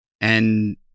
And-